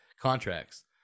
contracts